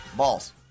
Balls